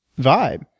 vibe